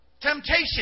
temptation